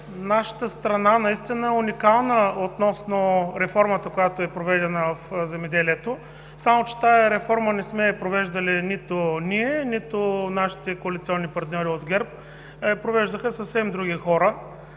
нашата страна наистина е уникална относно реформата, проведена в земеделието. Тази реформа обаче не сме провеждали нито ние, нито нашите коалиционни партньори от ГЕРБ, а я провеждаха съвсем други хора.